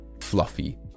fluffy